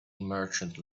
merchant